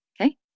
Okay